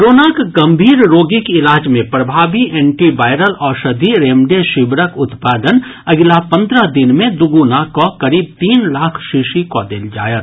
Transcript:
कोरोनाक गंभीर रोगीक इलाज मे प्रभावी एंटी वायरल औषधि रेमडेसिविरक उत्पादन अगिला पंद्रह दिन मे दूगुना कऽ करीब तीन लाख शीशी कऽ देल जायत